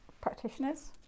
practitioners